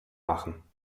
machen